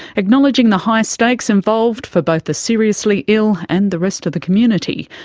acknowledging the high stakes involved for both the seriously ill and the rest of the community,